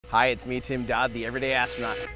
hi, it's me tim dodd, the everyday astronaut.